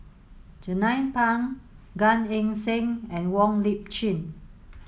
Jernnine Pang Gan Eng Seng and Wong Lip Chin